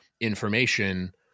information